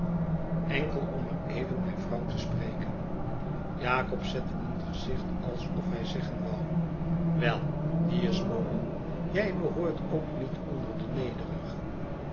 enkel om er even mijn vrouw te spreken jacobs zette een gezicht alsof hij zeggen wou wel die is mooi jij behoort ook niet onder de nederigen